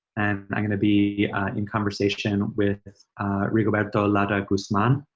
and i'm gonna be in conversation with rigoberto lado guzman,